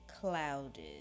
Clouded